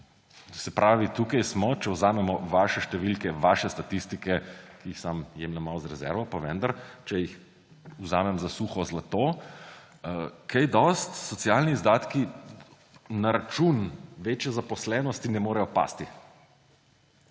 Se pravi, tukaj smo, če vzamemo vaše številke, vaše statistike, ki jih sam jemljem malo z rezervo, pa vendar, če jih vzamem za suho zlato, kaj dosti socialni izdatki na račun večje zaposlenosti ne morejo pasti.